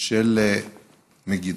של מגידו.